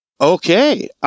Okay